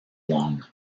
long